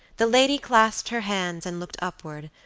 the lady clasped her hands and looked upward,